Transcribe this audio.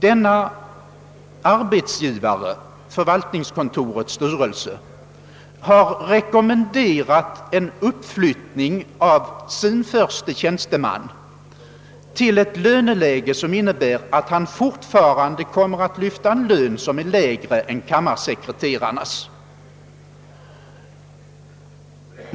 Denna arbetsgivare har rekommenderat en uppflyttning av sin förste tjänsteman till ett löneläge, som innebär att denne fortfarande kommer att lyfta en lön vilken är lägre än kammarsekreterarnas.